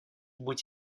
будь